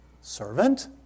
servant